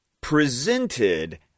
presented